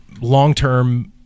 long-term